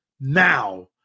now